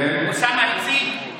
אוסאמה הציג.